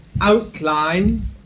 outline